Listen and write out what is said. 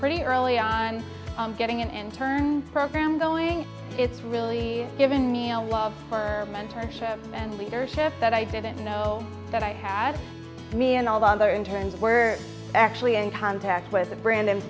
pretty early on getting in and turn the program going it's really given me a love for mentorship and leadership that i didn't know that i had me and all the other interns were actually in contact with the brand